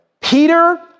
Peter